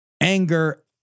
Anger